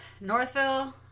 Northville